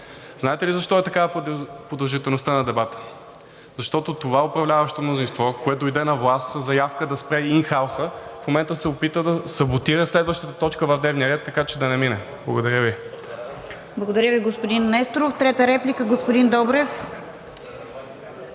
знаете ли защо е такава продължителността на дебата? Защото това управляващо мнозинство, което дойде на власт със заявка да спре ин хауса, в момента се опитва да саботира следващата точка в дневния ред, така че да не мине. Благодаря Ви. ПРЕДСЕДАТЕЛ РОСИЦА КИРОВА: Благодаря Ви, господин Несторов. Трета реплика – господин Добрев.